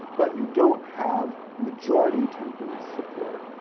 but you don't have majority temperance support,